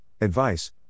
advice